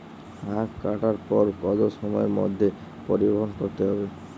আখ কাটার পর কত সময়ের মধ্যে পরিবহন করতে হবে?